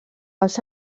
als